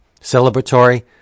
celebratory